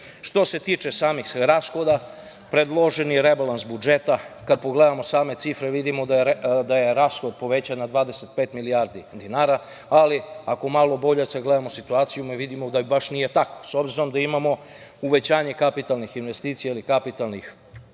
se tiče samih rashoda predloženi rebalans budžeta, kad pogledamo same cifre vidimo da je rashod povećan na 25 milijardi dinara, ali ako malo bolje sagledamo situaciju mi vidimo da baš nije tako. S obzirom da imamo uvećanje kapitalnih investicija ili kapitalnih